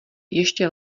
ještě